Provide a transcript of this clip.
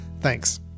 Thanks